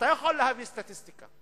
אתה יכול להביא סטטיסטיקה.